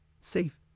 Safe